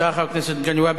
תודה, חבר הכנסת מגלי והבה.